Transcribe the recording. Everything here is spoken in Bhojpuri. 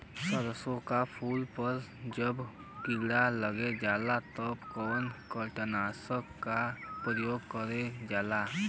सरसो के फूल पर जब किड़ा लग जाला त कवन कीटनाशक क प्रयोग करल जाला?